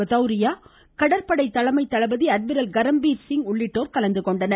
பதௌரியா கடற்படை தலைமை தளபதி அட்மிரல் கரம்பீர் சிங் உள்ளிட்டோர் கலந்துகொண்டனர்